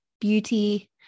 beauty